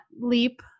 leap